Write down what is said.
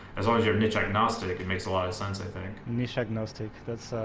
as long as your niche agnostic, it makes a lot of sense. i think niche agnostic that's,